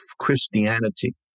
Christianity